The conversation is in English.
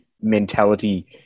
mentality